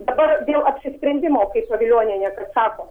dabar dėl apsisprendimo kaip pavilionienė sako